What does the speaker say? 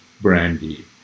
brandy